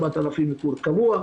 4,000 איפור קבוע.